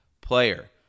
player